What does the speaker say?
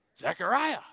Zechariah